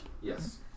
Yes